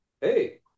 hey